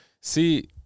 see